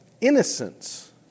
innocence